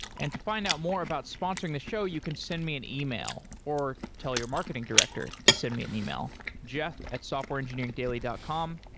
and to find out more about sponsoring the show, you can send me an email or tell your marketing director to send me an email, jeff at softwareengineeringdaily dot com.